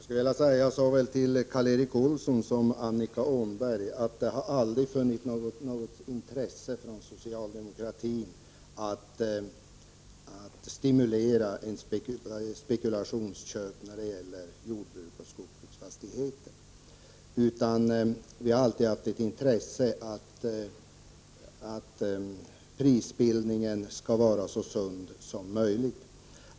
Herr talman! Jag skulle vilja säga till såväl Karl Erik Olsson som Annika Åhnberg att det aldrig har funnits något intresse från socialdemokratin att stimulera till spekulationsköp av jordbruksoch skogsbruksfastigheter. Vi har alltid haft intresse av att prisbildningen skall vara så sund som möjligt.